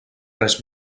res